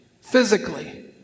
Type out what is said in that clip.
physically